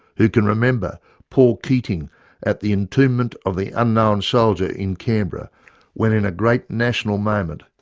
who can remember paul keating at the entombment of the unknown soldier in canberra when in a great national moment,